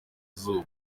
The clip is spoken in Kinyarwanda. izuba